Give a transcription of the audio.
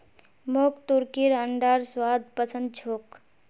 मोक तुर्कीर अंडार स्वाद पसंद छोक